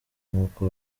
nk’uko